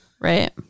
Right